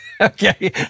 Okay